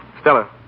Stella